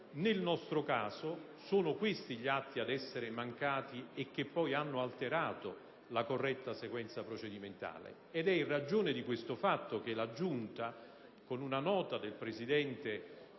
Nel nostro caso sono questi gli atti che sono mancati e che poi hanno alterato la corretta sequenza procedimentale. È in ragione di questo fatto che la Giunta, con una nota del suo Presidente